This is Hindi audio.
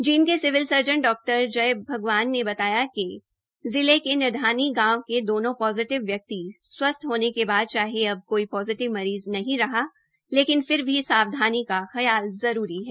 जींद के सिविल सर्जन डॉ जय भगवान जाटान ने बताया कि जिले के निडानी गांव के दोनों पोजिटिव व्यक्ति स्वस्थ्य होने के बाद चाहे अब कोई पोजिटिव मरीज़ नहीं रहा लेकिन फिर भी सावधानी का ख्याल करना जरूरी है